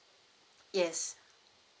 yes